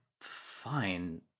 fine